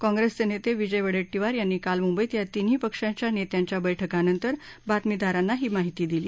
काँग्रेसचे नेते विजय वडेट्टीवार यांनी काल मुंबईत या तिन्ही पक्षांच्या नेत्यांच्या बैठकानंतर बातमीदारांना ही माहिती दिली